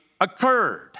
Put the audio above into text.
occurred